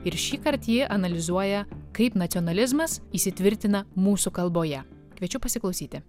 ir šįkart ji analizuoja kaip nacionalizmas įsitvirtina mūsų kalboje kviečiu pasiklausyti